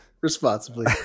Responsibly